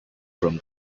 from